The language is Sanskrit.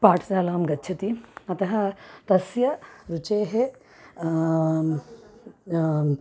पाठशालां गच्छति अतः तस्य रुचेः